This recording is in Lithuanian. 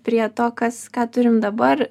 prie to kas ką turim dabar